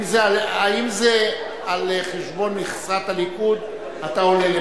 אם זה על חשבון מכסת הליכוד אתה עולה,